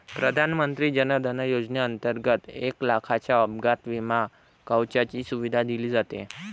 प्रधानमंत्री जन धन योजनेंतर्गत एक लाखाच्या अपघात विमा कवचाची सुविधा दिली जाते